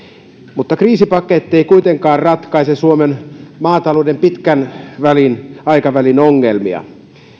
mutta kriisipaketti ei kuitenkaan ratkaise suomen maatalouden pitkän aikavälin aikavälin ongelmia